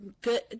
good